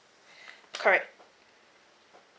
correct